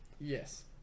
yes